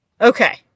Okay